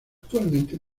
actualmente